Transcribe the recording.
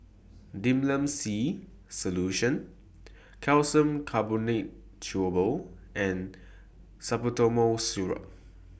Difflam C Solution Calcium Carbonate Chewable and Salbutamol Syrup